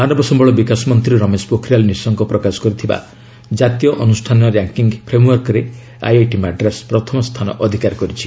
ମାନବ ସମ୍ଭଳ ବିକାଶ ମନ୍ତ୍ରୀ ରମେଶ ପୋଖରିଆଲ୍ ନିଶଙ୍କ ପ୍ରକାଶ କରିଥିବା ଜାତୀୟ ଅନୁଷ୍ଠାନ ର୍ୟାଙ୍କିଙ୍ଗ୍ ଫ୍ରେମ୍ ଆଇଆଇଟି ମାଡ୍ରାସ୍ ପ୍ରଥମ ସ୍ଥାନ ଅଧିକାର କରିଛି